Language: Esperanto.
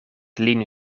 lin